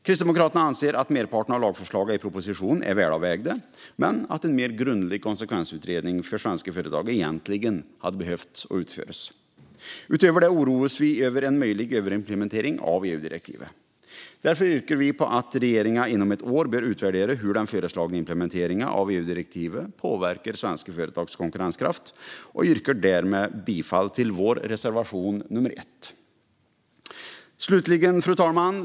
Kristdemokraterna anser att merparten av lagförslagen i propositionen är väl avvägda men att en mer grundlig konsekvensutredning för svenska företag egentligen hade behövt utföras. Utöver det oroas vi över en möjlig överimplementering av EU-direktivet. Därför yrkar vi på att regeringen inom ett år bör utvärdera hur den föreslagna implementeringen av EU-direktivet påverkar svenska företags konkurrenskraft. Därmed yrkar jag bifall till vår reservation nr 1. Slutligen, fru talman!